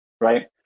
Right